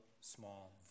small